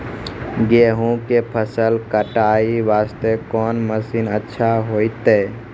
गेहूँ के फसल कटाई वास्ते कोंन मसीन अच्छा होइतै?